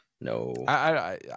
no